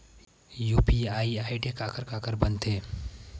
UPI ID काखर काखर बनथे?